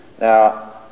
Now